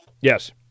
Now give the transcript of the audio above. Yes